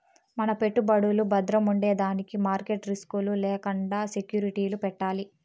మన పెట్టుబడులు బద్రముండేదానికి మార్కెట్ రిస్క్ లు లేకండా సెక్యూరిటీలు పెట్టాలి